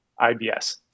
IBS